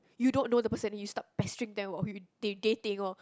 you don't know the person then you start pestering them while you they dating loh